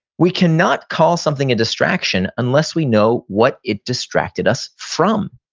we cannot call something a distraction unless we know what it distracted us from.